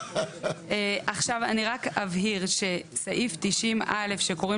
עכשיו אני רק אבהיר שסעיף 90 א' שקוראים